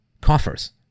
coffers